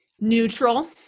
Neutral